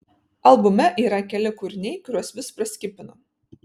albume yra keli kūriniai kuriuos vis praskipinu